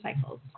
cycles